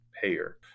payer